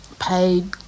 paid